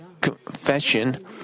confession